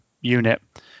unit